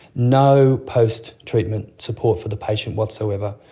no post-treatment support for the patient whatsoever,